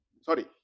Sorry